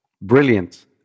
Brilliant